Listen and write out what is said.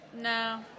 No